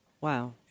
Wow